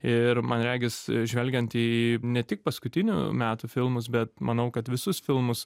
ir man regis žvelgiant į ne tik paskutinių metų filmus bet manau kad visus filmus